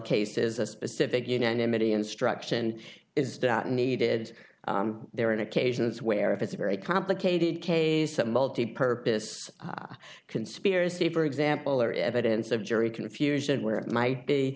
cases a specific you know dimity instruction is data needed there in occasions where if it's a very complicated case a multipurpose conspiracy for example or evidence of jury confusion where it might be